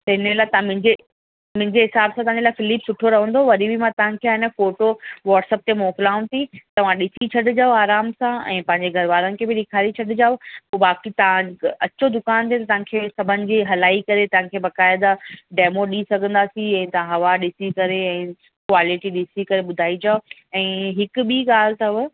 त इन लाइ तव्हां मुंहिंजे मुंहिंजे हिसाब सां तव्हांजे लाइ फिलिप्स सुठो रहंदो वरी बि मां तव्हांखे आहे न फ़ोटो व्हाटसप ते मोकिलियांव थी तव्हां ॾिसी छॾिजो आराम सां ऐं पंहिंजे घर वारनि खे बि ॾेखारे छॾिजो पोइ बाक़ी तव्हां अचो दुकान ते त तव्हांखे सभिनि जी हलाए करे तव्हांखे बक़ाइदा डेमो ॾेई सघंदासीं ऐं तव्हां हवा ॾिसी करे ऐं क्वालिटी ॾिसी करे ॿुधाइजो ऐं हिकु ॿी ॻाल्हि अथव